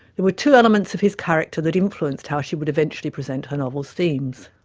there were two elements of his character that influenced how she would eventually present her novel's themes.